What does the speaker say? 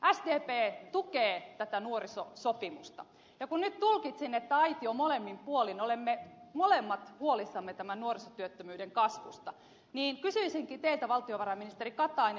sdp tukee tätä nuorisosopimusta ja kun nyt tulkitsin että aition molemmin puolin olemme molemmat huolissamme tämän nuorisotyöttömyyden kasvusta niin kysyisinkin teiltä valtiovarainministeri katainen